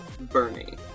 Bernie